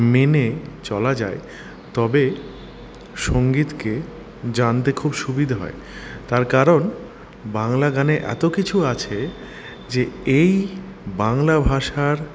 মেনে চলা যায় তবে সঙ্গীতকে জানতে খুব সুবিধা হয় তার কারণ বাংলা গানে এতো কিছু আছে যে এই বাংলা ভাষার